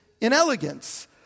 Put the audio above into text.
inelegance